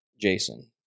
Jason